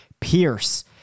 Pierce